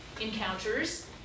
encounters